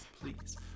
please